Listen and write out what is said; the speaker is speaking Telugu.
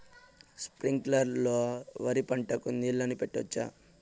స్ప్రింక్లర్లు లో వరి పంటకు నీళ్ళని పెట్టొచ్చా?